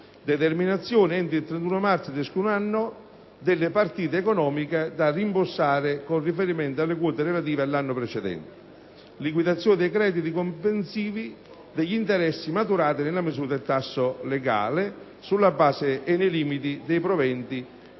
determinazione, entro il 31 marzo di ciascun anno, delle partite economiche da rimborsare con riferimento alle quote relative all'anno precedente; liquidazione dei crediti, comprensivi degli interessi maturati nella misura del tasso legale, sulla base e nei limiti dei proventi